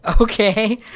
okay